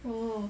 oh